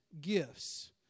gifts